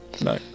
No